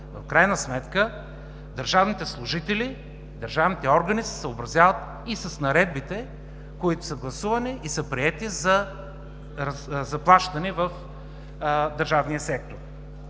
В крайна сметка държавните служители, държавните органи се съобразяват и с наредбите, които са гласувани и са приети за заплащане в държавния сектор.